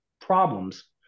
problems